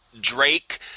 Drake